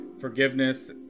forgiveness